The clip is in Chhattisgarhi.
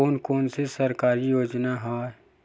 कोन कोन से सरकारी योजना हवय?